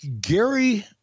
Gary